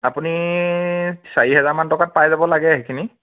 আপুনি চাৰি হেজাৰমান টকাত পাই যাব লাগে সেইখিনি